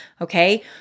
Okay